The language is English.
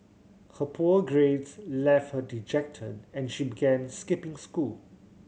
her poor grades left her dejected and she began skipping school